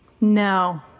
No